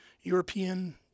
European